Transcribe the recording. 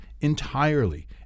entirely